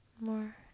More